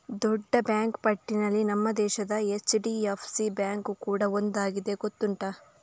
ದೊಡ್ಡ ಬ್ಯಾಂಕು ಪಟ್ಟಿನಲ್ಲಿ ನಮ್ಮ ದೇಶದ ಎಚ್.ಡಿ.ಎಫ್.ಸಿ ಬ್ಯಾಂಕು ಕೂಡಾ ಒಂದಾಗಿದೆ ಗೊತ್ತುಂಟಾ